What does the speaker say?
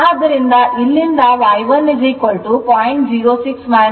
ಅದೇ ರೀತಿ ಇಲ್ಲಿಂದ Y 1 0